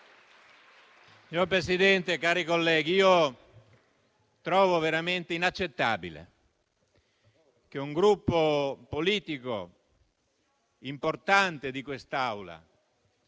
Signor Presidente, cari colleghi, trovo veramente inaccettabile che un Gruppo politico importante di quest'Aula,